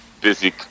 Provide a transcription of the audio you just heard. busy